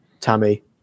Tammy